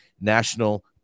National